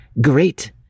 great